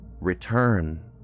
return